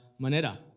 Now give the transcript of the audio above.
manera